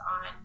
on